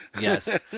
Yes